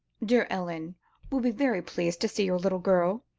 dear ellen will be very pleased to see your little girl,